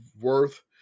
worth